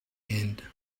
end